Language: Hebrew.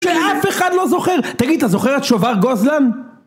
שאף אחד לא זוכר, תגיד אתה זוכר את שובל גוזלן?